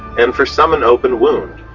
and for some an open wound,